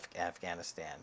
Afghanistan